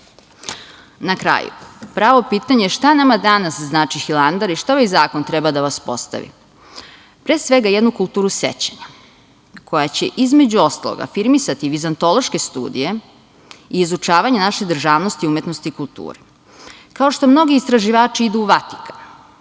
kraju, pravo pitanje je šta nama danas znači Hilandar i šta ovaj zakon treba da vaspostavi? Pre svega, jednu kulturu sećanja, koja će između ostalog afirmisati vizantološke studije i izučavanje naše državnosti, umetnosti, kulture, kao što mnogi istraživači idu u Vatikan